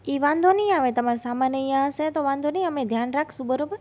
એ વાંધો નહીં આવે તમારો સામાન અહીંયા હશે તો વાંધો નહીં અમે ધ્યાન રાખાશું બરાબર